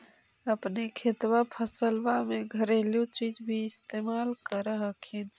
अपने खेतबा फसल्बा मे घरेलू चीज भी इस्तेमल कर हखिन?